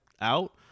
out